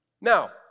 Now